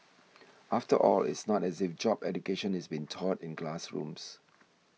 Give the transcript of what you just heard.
after all it's not as if job education is been taught in classrooms